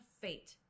fate